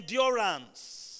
endurance